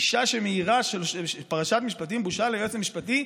אישה שמעירה "פרשת משפטים, בושה" ליועץ המשפטי,